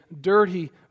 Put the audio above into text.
dirty